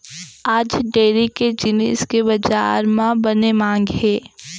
आज डेयरी के जिनिस के बजार म बने मांग हे